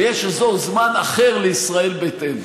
ויש אזור זמן אחר לישראל ביתנו.